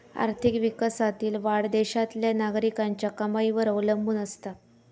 आर्थिक विकासातील वाढ देशातल्या नागरिकांच्या कमाईवर अवलंबून असता